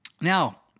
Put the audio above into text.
Now